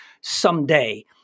someday